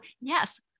yes